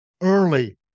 early